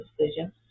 decision